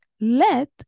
let